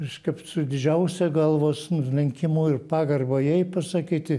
reiškia su didžiausia galvos nulenkimu ir pagarba jai pasakyti